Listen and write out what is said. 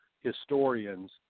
historians